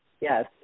yes